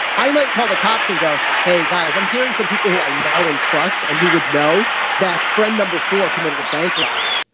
i might call the cops and go hey guys i'm hearing from people who i know and trust and who would know that friend number four committed a bank robbery.